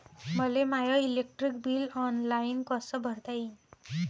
मले my electric bill online कस भरता येईन?